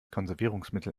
konservierungsmittel